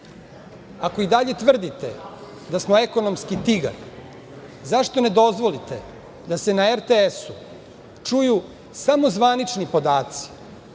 i dalje tvrdite da smo ekonomski tigar, zašto ne dozvolite da se na RTS-u čuju samo zvanični podaci